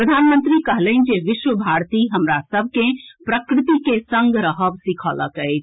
प्रधानमंत्री कहलनि जे विश्व भारती हमरा सभ के प्रकृति के संग रहब सीखौलक अछि